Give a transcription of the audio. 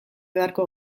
beharko